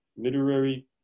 literary